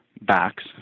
backs